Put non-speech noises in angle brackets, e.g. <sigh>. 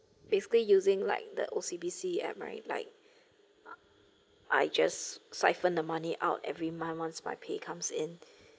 basically using like the O_C_B_C right like <breath> I I just syphoned the money out every month once my pay comes in <breath>